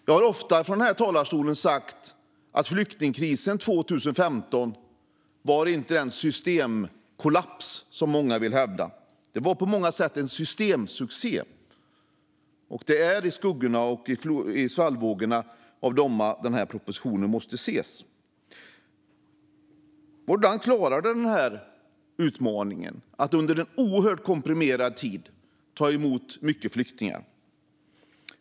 Jag har ofta sagt i den här talarstolen att flyktingkrisen 2015 inte var den systemkollaps som många vill hävda. Den var på många sätt en systemsuccé. Det är i svallvågorna av det som den här propositionen måste ses. Vårt land klarade utmaningen att under en oerhört komprimerad tid ta emot många flyktingar.